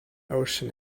ocean